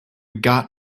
got